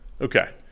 Okay